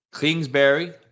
Kingsbury